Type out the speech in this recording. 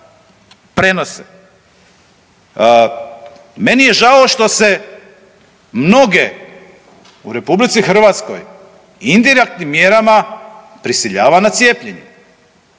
prenose. Meni je žao što se mnoge u RH indirektnim mjerama prisiljava na cijepljenje.